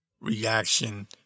reaction